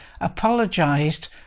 apologised